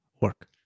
work